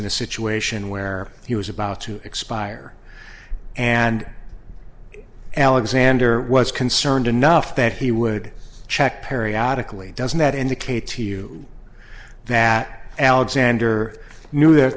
in a situation where he was about to expire and alexander was concerned enough that he would check parry adequately doesn't that indicate to you that alexander knew th